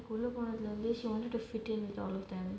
உள்ள போனதுலந்தே:ulla ponathulanthae she wanted to fit in with all of them